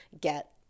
get